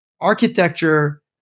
architecture